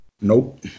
Nope